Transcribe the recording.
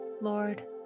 Lord